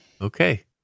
Okay